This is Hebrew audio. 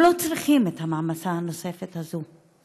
הם לא צריכים את המעמסה הנוספת הזאת.